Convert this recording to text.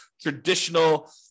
traditional